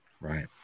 right